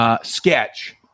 sketch